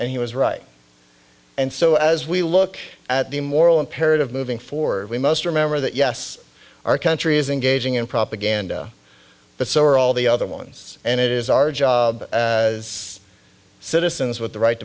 and he was right and so as we look at the moral imperative moving forward we must remember that yes our country is engaging in propaganda but so are all the other ones and it is our job citizens with the right